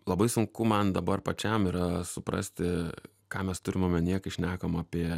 labai sunku man dabar pačiam yra suprasti ką mes turim omenyje kai šnekam apie